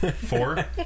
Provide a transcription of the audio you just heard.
Four